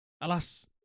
alas